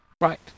Right